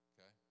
Okay